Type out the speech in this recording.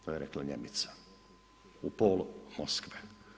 To je rekla Njemica u pola Moskve.